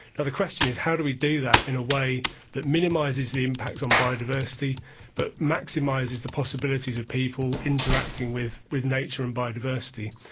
now the question is, how do we do that in a way that minimises the impacts on biodiversity but maximises the possibilities of people interacting with with nature and biodiversity.